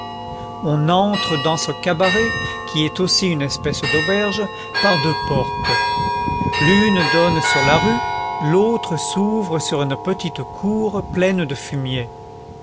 on entre dans ce cabaret qui est aussi une espèce d'auberge par deux portes l'une donne sur la rue l'autre s'ouvre sur une petite cour pleine de fumier